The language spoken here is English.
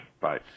Bye